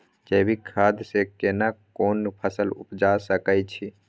जैविक खाद से केना कोन फसल उपजा सकै छि?